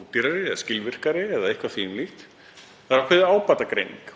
ódýrari eða skilvirkari eða eitthvað því um líkt, á að koma ákveðin ábatagreining.